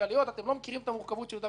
אתם לא מכירים את המורכבות של יהודה ושומרון או